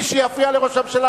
מי שיפריע לראש הממשלה,